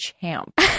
champ